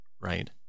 right